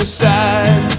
side